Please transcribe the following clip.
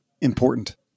important